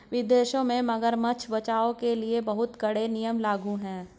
विदेशों में मगरमच्छ बचाओ के लिए बहुत कड़े नियम लागू हैं